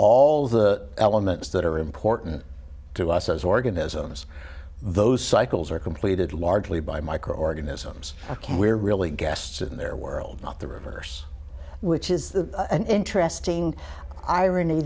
all the elements that are important to us as organisms those cycles are completed largely by microorganisms we're really guests in their world not the reverse which is an interesting irony